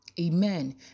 Amen